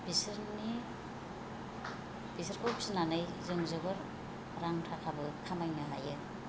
बिसोरनि बिसोरखौ फिनानै जों जोबोर रां थाखाबो खामायनो हायो